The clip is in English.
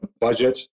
budget